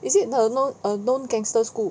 is it a non a non gangster school